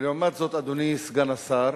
ולעומת זאת, אדוני סגן השר,